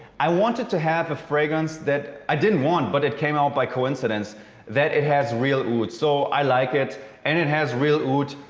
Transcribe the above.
i wanted to have a fragrance that i didn't want, but it came up by coincidence that it has real oud. so, i like it and it has real oud.